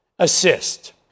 assist